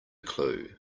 clue